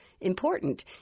important